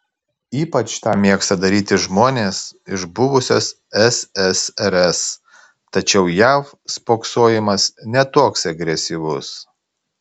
ypač tą mėgsta daryti žmonės iš buvusios ssrs tačiau jav spoksojimas ne toks agresyvus